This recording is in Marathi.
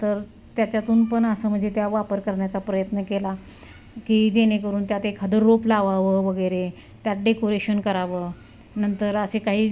नंतर त्याच्यातून पण असं म्हणजे त्या वापर करण्याचा प्रयत्न केला की जेणेकरून त्यात एखादं रोप लावावं वगैरे त्यात डेकोरेशन करावं नंतर असे काही